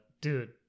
dude